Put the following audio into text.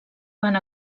van